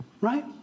right